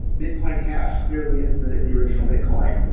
bitcoin cash clearly is the the original bitcoin.